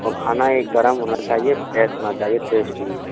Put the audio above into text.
और खाना ये गरम होना चाहिए फ्रेश होना चाहिए टेस्टी